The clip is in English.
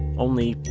only,